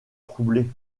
troublé